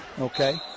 Okay